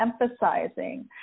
emphasizing